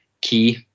key